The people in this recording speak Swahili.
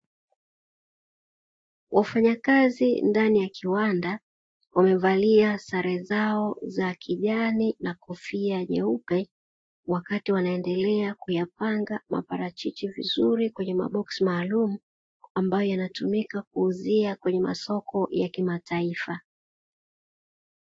Wafanyakazi ndani ya kiwanda wamevalia sare zao za kofia nyeupe, wakati wanaendelea kuyapanga maparachichi vizuri kwenye maboksi maalumu ambayo yanatumika kuuzia kwenye masoko ya kimataifa.